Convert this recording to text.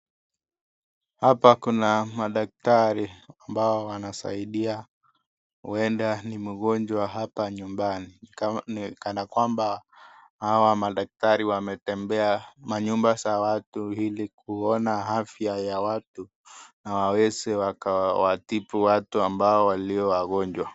Hapa kuna madaktari ambao wanasaidia huenda ni mgonjwa hapa nyumbani kana kwamba hawa madaktari wametembea manyumba za watu ili kuona afya ya watu na waweze wakawatibu watu ambao walio wagonjwa.